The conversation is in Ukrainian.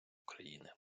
україни